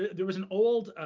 there was an old,